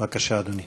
בבקשה, אדוני.